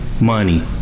Money